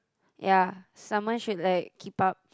ya someone should like keep up